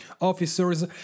officers